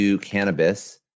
cannabis